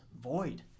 void